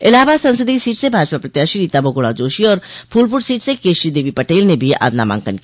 इलाहाबाद संसदीय सीट से भाजपा प्रत्याशी रीता बहुगुणा जोशी और फूलपुर सीट से केशरी देवी पटेल ने भी आज नामांकन किया